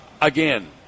Again